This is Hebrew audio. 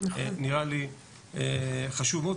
נראה לי חשוב מאוד.